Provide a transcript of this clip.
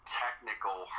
technical